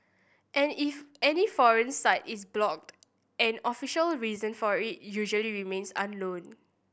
and if any foreign site is blocked an official reason for it usually remains unknown